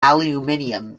aluminium